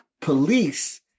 police